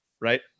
Right